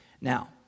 Now